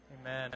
Amen